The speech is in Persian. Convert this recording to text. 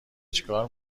چیکار